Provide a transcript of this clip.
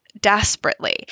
desperately